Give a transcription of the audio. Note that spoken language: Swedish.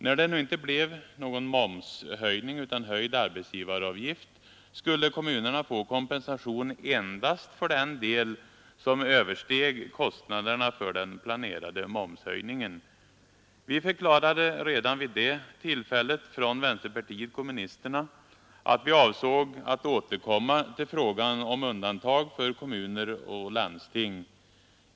När det nu inte blev någon momshöjning utan höjd arbetsgivaravgift, skulle kommunerna få kompensation endast för den del som översteg kostnaderna för den planerade momshöjningen. Vi förklarade redan vid detta tillfälle från vänsterpartiet kommunisterna att vi avsåg att återkomma till frågan om undantag för kommuner och landsting.